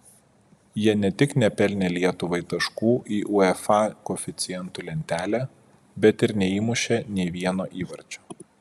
jie ne tik nepelnė lietuvai taškų į uefa koeficientų lentelę bet ir neįmušė nė vieno įvarčio